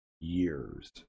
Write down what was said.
years